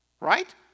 Right